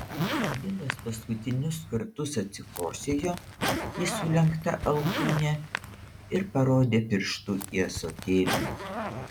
bilas paskutinius kartus atsikosėjo į sulenktą alkūnę ir parodė pirštu į ąsotėlį